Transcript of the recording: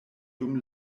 dum